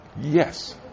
Yes